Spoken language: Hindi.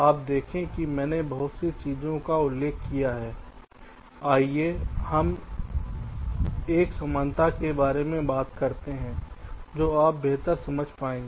आप देखें कि मैंने बहुत सी चीजों का उल्लेख किया है आइए हम एक समानता के बारे में बात करते हैं जो आप बेहतर समझ पाएंगे